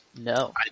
No